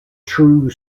true